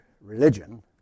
religion